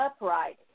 upright